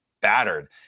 battered